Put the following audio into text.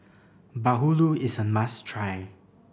bahulu is a must try